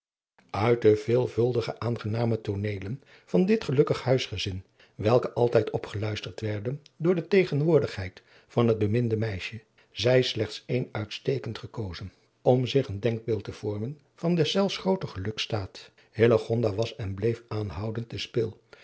uit de veelvuldige aangename tooneelen van dit gelukkig huisgezin welke altijd opgeluisterd werden door de tegenwoordigheid van het beminde meisje zij slechts één uitstekend gekozen om zich een denkbeeld te vormen van deszelfs grooten gelukstaat hillegonda was en bleef aanhoudend de spil